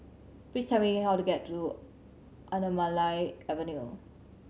please tell me how to get to Anamalai Avenue